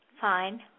Fine